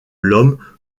l’homme